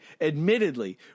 Admittedly